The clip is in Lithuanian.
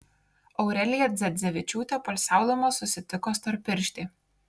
aurelija dzedzevičiūtė poilsiaudama susitiko storpirštį